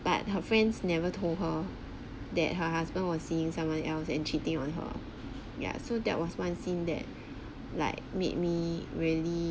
but her friends never told her that her husband was seeing someone else and cheating on her ya so that was one scene that like made me really